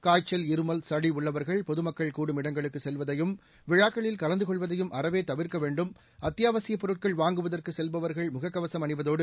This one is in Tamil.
காய்ச்சல் இருமல் சளி உள்ளவர்கள் பொதுமக்கள் கூடும் இடங்களுக்கு செல்வதையும் விழாக்களில் கலந்து கொள்வதையும் அறவே தவிர்க்க வேண்டும் அத்தியாவசியப் பொருட்கள் வாங்குவதற்கு செல்பவர்கள் முகக்கவசம் அணிவதோடு